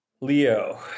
Leo